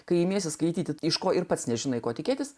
kai imiesi skaityti iš ko ir pats nežinai ko tikėtis